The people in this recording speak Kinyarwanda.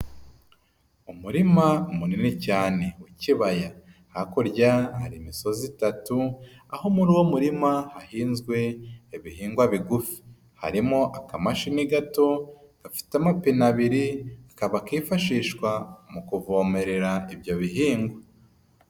Umurima munini cyane w'ikibaya, hakurya hari imisozi itatu aho muri uwo murima hahinzwe ibihingwa bigufi. Harimo akamashini gato, gafite amapine abiri, kakaba kifashishwa mu kuvomerera ibyo bihingwa.